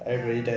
ya